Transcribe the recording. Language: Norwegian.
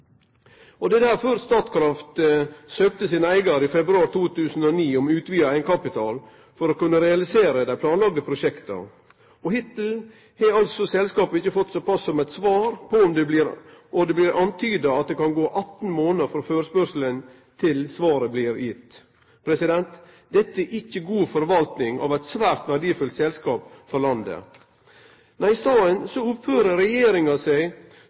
Det er derfor Statkraft søkte eigaren sin i februar 2009 om utvida eigenkapital for å kunne realisere dei planlagde prosjekta. Hittil har ikkje selskapet fått såpass som eit svar, og det blir antyda at det kan gå 18 månader frå førespurnaden til svaret blir gitt. Dette er ikkje god forvalting av eit svært verdifullt selskap for landet. Nei, i staden oppfører regjeringa seg